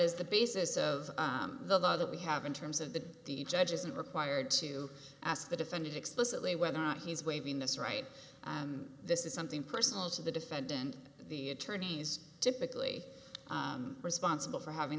is the basis of the law that we have in terms of the judge isn't required to ask the defendant explicitly whether or not he's waving this right this is something personal to the defendant the attorneys typically responsible for having